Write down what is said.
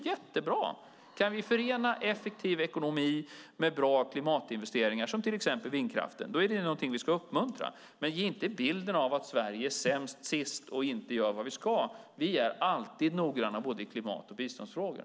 Vi ska uppmuntra till att förena effektiv ekonomi med bra klimatinvesteringar, till exempel vindkraften. Ge inte bilden av att Sverige är sämst, ligger sist och inte gör vad vi ska. Vi är alltid noggranna i klimat och biståndsfrågor.